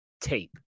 tape